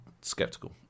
skeptical